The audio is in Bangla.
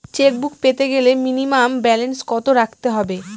চেকবুক পেতে গেলে মিনিমাম ব্যালেন্স কত রাখতে হবে?